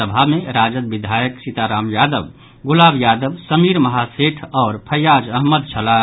सभा मे राजदक विधायक सीताराम यादव गुलाब यादव समीर महासेठ आओर फैयाज अहमद छलाह